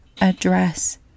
address